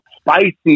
spicy